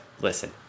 Listen